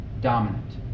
dominant